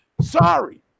Sorry